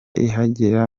ihagera